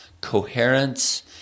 coherence